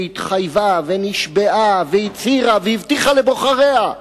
שהתחייבה ונשבעה והצהירה והבטיחה לבוחריה,